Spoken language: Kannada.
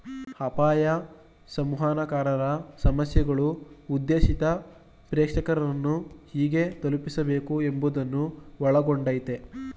ಅಪಾಯ ಸಂವಹನಕಾರರ ಸಮಸ್ಯೆಗಳು ಉದ್ದೇಶಿತ ಪ್ರೇಕ್ಷಕರನ್ನು ಹೇಗೆ ತಲುಪಬೇಕು ಎಂಬುವುದನ್ನು ಒಳಗೊಂಡಯ್ತೆ